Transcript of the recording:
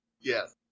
Yes